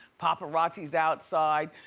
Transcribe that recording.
paparazzi's outside.